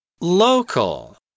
Local